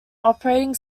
operating